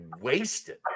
wasted